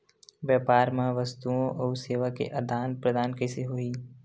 व्यापार मा वस्तुओ अउ सेवा के आदान प्रदान कइसे होही?